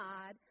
God